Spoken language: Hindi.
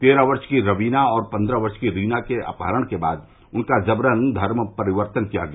तेरह वर्ष की रवीना और पन्द्रह वर्ष की रीना के अपहरण के बाद उनका जबरन धर्म परिवर्तन किया गया